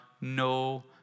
no